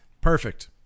Perfect